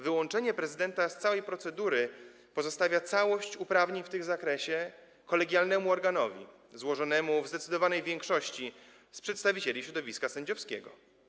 Wyłączenie prezydenta z całej procedury pozostawia całość uprawnień w tym zakresie kolegialnemu organowi złożonemu w zdecydowanej większości z przedstawicieli środowiska sędziowskiego.